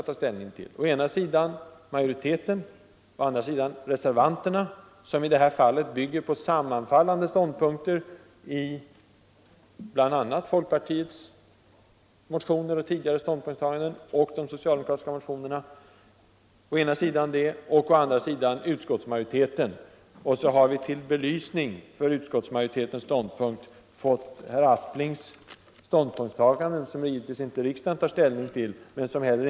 Till belysning av utskottsmajoritetens uppfattning har vi nu fått herr Asplings ståndpunktstaganden, som riksdagen givetvis inte beslutar om Ekonomiskt stöd åt men som heller inte i sig själva ger något besked.